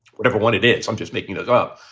whatever one it is. i'm just making it up.